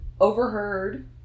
overheard